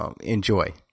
Enjoy